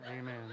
Amen